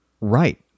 right